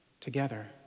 together